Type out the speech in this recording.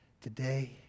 today